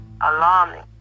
alarming